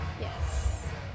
Yes